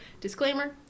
Disclaimer